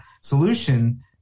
solution